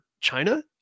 China